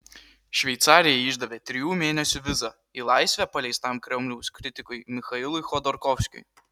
šveicarija išdavė trijų mėnesių vizą į laisvę paleistam kremliaus kritikui michailui chodorkovskiui